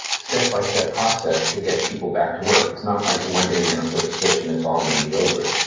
step by step process to get people back to work. it's not like one day we're gonna flip a switch and it's all going to be over.